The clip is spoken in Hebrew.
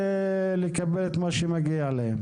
על מנת לקבל את מה שמגיע להם.